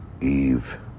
Eve